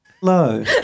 Hello